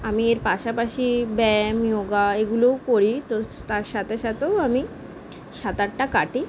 আমি এর পাশাপাশি ব্যায়াম যোগা এগুলোও করি তো তার সাথে সাথেও আমি সাঁতারটা কাটি